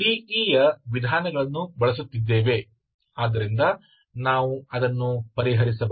E ಯ ವಿಧಾನಗಳನ್ನು ಬಳಸುತ್ತಿದ್ದೇವೆ ಆದ್ದರಿಂದ ನಾವು ಅದನ್ನು ಪರಿಹರಿಸಬಹುದು